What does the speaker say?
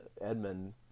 Edmund